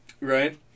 right